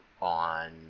on